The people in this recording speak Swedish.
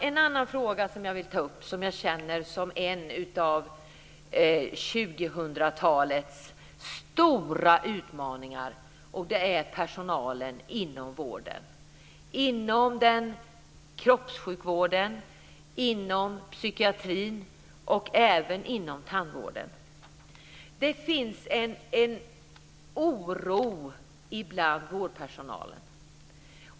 En annan fråga som jag vill ta upp och som jag känner som en av 2000-talets stora utmaningar är personalen inom vården: inom kroppssjukvården, inom psykiatrin och även inom tandvården. Det finns en oro bland vårdpersonalen.